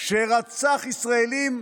שרצח ישראלים,